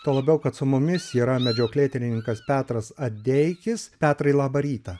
tuo labiau kad su mumis yra medžioklėtininkas petras adeikis petrai labą rytą